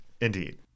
Indeed